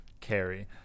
carry